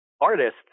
artists